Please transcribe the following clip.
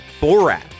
Borat